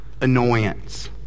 annoyance